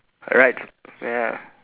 right ya